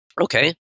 Okay